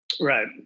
Right